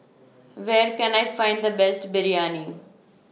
Where Can I Find The Best Biryani